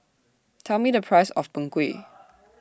Tell Me The Price of Png Kueh